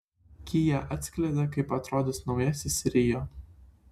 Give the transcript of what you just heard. kia atskleidė kaip atrodys naujasis rio